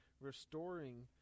restoring